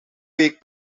week